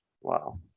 Wow